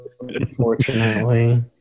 unfortunately